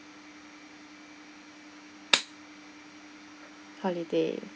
holiday